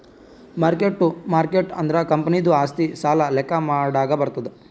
mark ಟ್ಟು market ಅಂದುರ್ ಕಂಪನಿದು ಆಸ್ತಿ, ಸಾಲ ಲೆಕ್ಕಾ ಮಾಡಾಗ್ ಬರ್ತುದ್